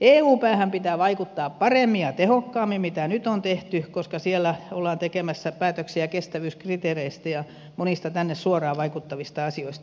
eun päähän pitää vaikuttaa paremmin ja tehokkaammin kuin mitä nyt on tehty koska siellä ollaan tekemässä päätöksiä kestävyyskriteereistä ja monista tänne suoraan vaikuttavista asioista